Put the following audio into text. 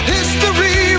History